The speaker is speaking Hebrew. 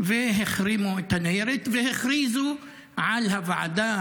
החרימו את הניירת והכריזו על הוועדה